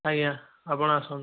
ଆଜ୍ଞା ଆପଣ ଆସନ୍ତୁ